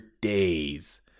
days